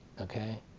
Okay